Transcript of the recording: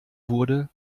wurde